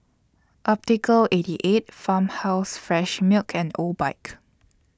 Optical eighty eight Farmhouse Fresh Milk and Obike